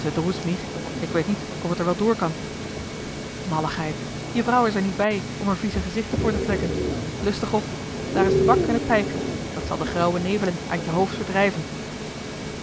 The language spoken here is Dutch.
ik weet niet of het er wel door kan malligheid je vrouw is er niet bij om er vieze gezichten voor te trekken lustig op daar is toeback en het pijpje dat zal de grauwe nevelen uit je hoofd verdrijven